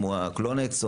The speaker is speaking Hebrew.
כמו הקלונטס,